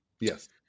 Yes